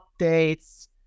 updates